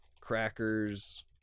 Crackers